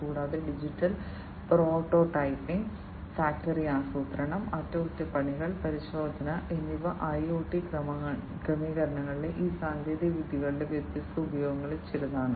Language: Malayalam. കൂടാതെ ഡിജിറ്റൽ പ്രോട്ടോടൈപ്പിംഗ് ഫാക്ടറി ആസൂത്രണം അറ്റകുറ്റപ്പണികൾ പരിശോധന എന്നിവ IoT ക്രമീകരണങ്ങളിലെ ഈ സാങ്കേതികവിദ്യകളുടെ വ്യത്യസ്ത ഉപയോഗങ്ങളിൽ ചിലതാണ്